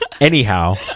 Anyhow